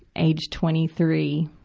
aged twenty three,